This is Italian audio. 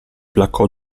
placò